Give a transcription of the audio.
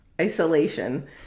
isolation